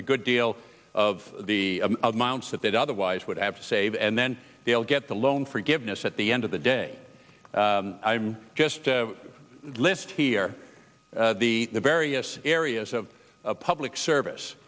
a good deal of the amounts that they'd otherwise would have saved and then they'll get the loan forgiveness at the end of the day i'm just list here the various areas of public service